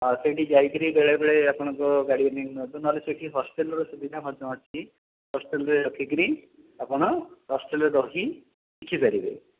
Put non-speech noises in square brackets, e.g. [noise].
ଆଉ ସେଇଠି ଯାଇକିରି ବେଳେବେଳେ ଆପଣଙ୍କ [unintelligible] ନିଅନ୍ତୁ ନହେଲେ ସେଇଠି ହଷ୍ଟେଲ୍ର ସୁବିଧା ମଧ୍ୟ ଅଛି ହଷ୍ଟେଲ୍ରେ ରଖିକିରି ଆପଣ ହଷ୍ଟେଲ୍ରେ ରହି ଶିଖିପାରିବେ